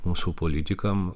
mūsų politikam